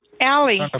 Allie